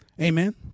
Amen